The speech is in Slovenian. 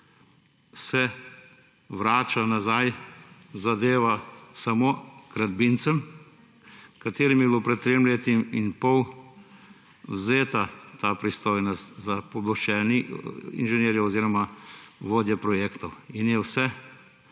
Se vrača nazaj zadeva samo gradbincem, katerim je bilo pred 3 leti in pol vzeta ta pristojnost za pooblaščene inženirje oziroma vodje projektov in je vse